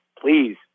please